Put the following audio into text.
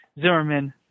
Zimmerman